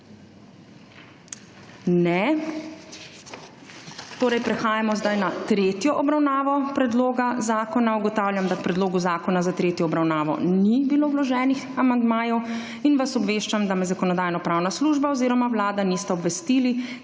(Ne.) Torej prehajamo zdaj na tretjo obravnavo predloga zakona. Ugotavljam, da k predlogu zakona za tretjo obravnavo ni bilo vloženih amandmajev in vas obveščam, da me Zakonodajno-pravna služba oziroma Vlada nista obvestili,